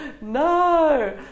No